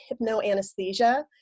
hypnoanesthesia